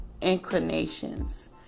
inclinations